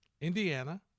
Indiana